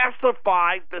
classified